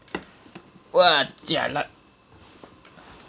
!wah! jialat